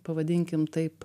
pavadinkim taip